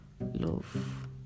love